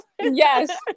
Yes